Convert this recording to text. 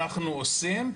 אנחנו עושים.